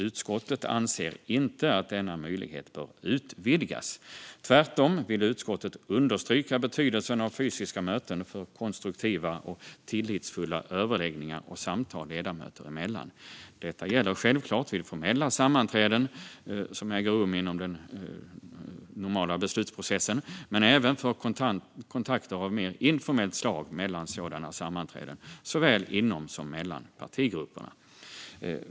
Utskottet anser inte att denna möjlighet bör utvidgas. Tvärtom vill utskottet understryka betydelsen av fysiska möten för konstruktiva och tillitsfulla överläggningar och samtal ledamöter emellan. Detta gäller självklart vid formella sammanträden som äger rum inom den normala beslutsprocessen men även vid kontakter av mer informellt slag mellan sådana sammanträden och såväl inom som mellan partigrupperna.